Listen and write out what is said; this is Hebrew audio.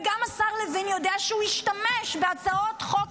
וגם השר לוין יודע שהוא השתמש בהצעות חוק